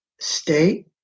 state